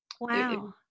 Wow